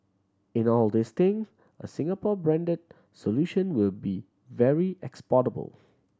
in all these thing a Singapore branded solution will be very exportable